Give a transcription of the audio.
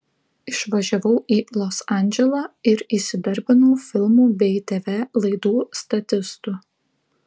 išvažiavau į los andželą ir įsidarbinau filmų bei tv laidų statistu